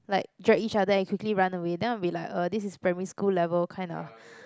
like drag each other and quickly run away then I'll be like uh this is primary school level kind of